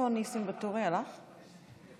יש